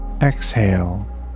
Exhale